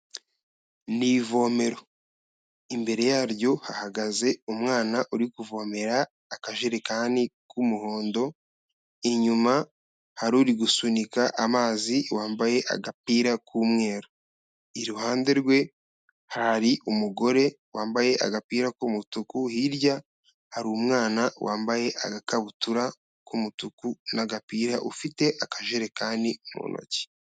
Ni ivomero. Imbere yaryo hahagaze umwana uri kuvomera akajerekani k'umuhondo, inyuma hari uri gusunika amazi wambaye agapira k'umweru. Iruhande rwe hari umugore wambaye agapira k'umutuku, hirya hari umwana wambaye agakabutura k'umutuku n'agapira, ufite akajerekani mu ntoki.